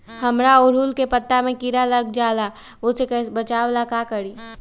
हमरा ओरहुल के पत्ता में किरा लग जाला वो से बचाबे ला का करी?